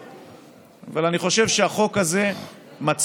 אני חושב שהחוק הזה צריך לעבור,